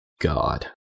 God